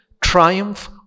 triumph